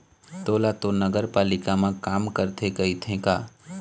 तोला तो नगरपालिका म काम करथे कहिथे का?